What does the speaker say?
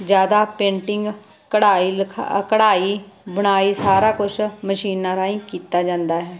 ਜ਼ਿਆਦਾ ਪੇਂਟਿੰਗ ਕਢਾਈ ਲਿਖਾ ਕਢਾਈ ਬੁਣਾਈ ਸਾਰਾ ਕੁਛ ਮਸ਼ੀਨਾਂ ਰਾਹੀਂ ਕੀਤਾ ਜਾਂਦਾ ਹੈ